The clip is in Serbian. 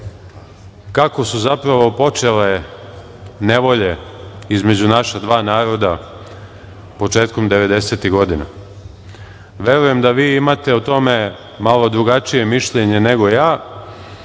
kako su zapravo počele nevolje između naša dva naroda početkom 90-ih godina. Verujem da vi imate o tome malo drugačije mišljenje nego ja,